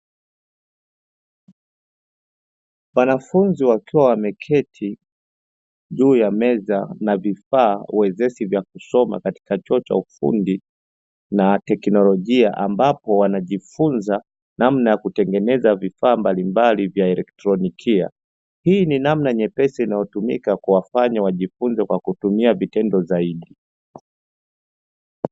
Wanafunzi wakiwa wameketi juu ya meza na vifaa wezeshi vya kusoma katika chuo cha ufundi na teknolojia na ambapo wanajifunza namna ya kutengeneza vifaa mbalimbali vya elektronikia, hii ni namna nyepesi inayotumika kuwafanya wajifunze kwa kutumia vitendo zaidi.